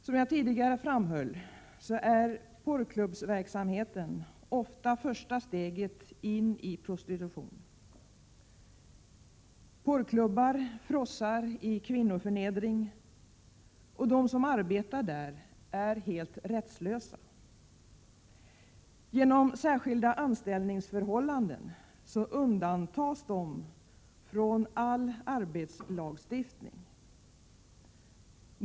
Som jag tidigare framhöll är porrklubbsverksamhet ofta första steget in i prostitution. Porrklubbar frossar i kvinnoförnedring, och de som arbetar där är helt rättslösa. Genom särskilda anställningsförhållanden undantas de från all arbetslagstiftning.